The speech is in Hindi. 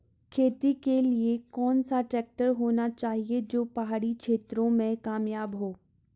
खेती के लिए कौन सा ट्रैक्टर होना चाहिए जो की पहाड़ी क्षेत्रों में कामयाब हो?